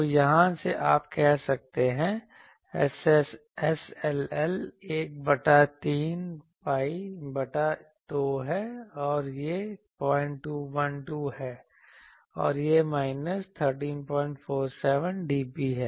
तो यहाँ से आप कह सकते हैं SLL 1 बटा 3 pi बटा 2 है और यह 0212 है और यह माइनस 1347dB है